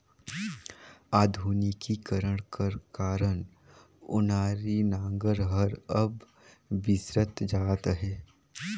आधुनिकीकरन कर कारन ओनारी नांगर हर अब बिसरत जात अहे